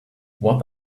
what